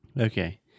Okay